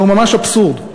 זהו ממש אבסורד.